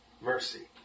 mercy